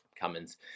Cummins